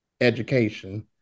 Education